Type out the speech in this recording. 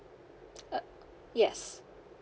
uh yes